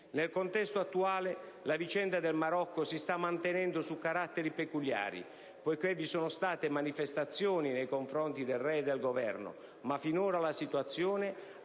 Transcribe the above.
Nel contesto attuale la vicenda del Marocco si sta mantenendo su caratteri peculiari, poiché vi sono state manifestazioni nei confronti del Re e del Governo, ma finora la situazione